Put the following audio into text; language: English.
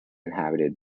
inhabited